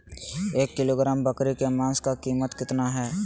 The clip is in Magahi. एक किलोग्राम बकरी के मांस का कीमत कितना है?